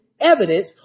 evidence